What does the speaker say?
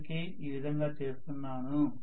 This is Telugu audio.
అందుకే ఈ విధంగా చేస్తున్నాను